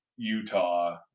utah